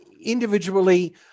individually